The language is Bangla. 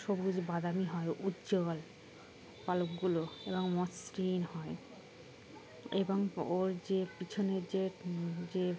সবুজ বাদামি হয় উজ্জ্বল পালকগুলো এবং মসৃণ হয় এবং ওর যে পিছনের যে যে